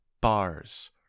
bars